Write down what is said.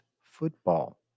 football